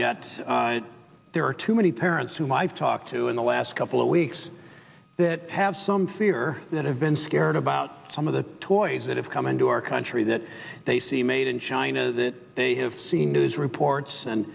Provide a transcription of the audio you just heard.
yet there are too many parents whom i've talked to in the last couple of weeks that have some fear that have been scared about some of the toys that have come into our country that they see made in china that they have seen news reports and